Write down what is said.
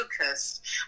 focused